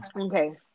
Okay